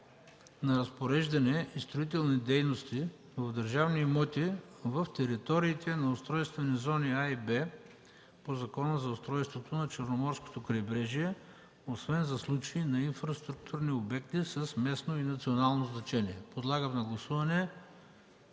на разпореждане и строителни дейности в държавни имоти в териториите на устройствени зони „А” и „Б” по Закона за устройството на Черноморското крайбрежие, освен за случаи на инфраструктурни обекти с местно и национално значение”. Подлагам на гласуване